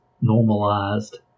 normalized